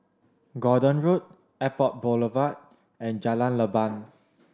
Gordon Road Airport Boulevard and Jalan Leban